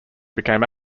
became